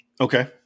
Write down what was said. Okay